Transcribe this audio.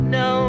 no